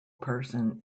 person